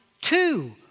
two